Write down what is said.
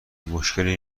مشکلی